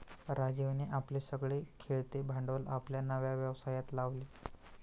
राजीवने आपले सगळे खेळते भांडवल आपल्या नव्या व्यवसायात लावले